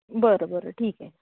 बरं बरं ठीकए